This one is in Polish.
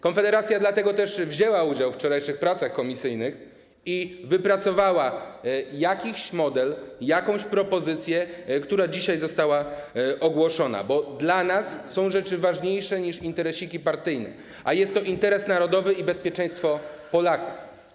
Konfederacja wzięła też udział we wczorajszych pracach komisyjnych i wypracowała jakiś model, jakąś propozycję, która dzisiaj została ogłoszona, bo dla nas są rzeczy ważniejsze niż interesiki partyjne, a jest to interes narodowy i bezpieczeństwo Polaków.